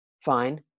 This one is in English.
fine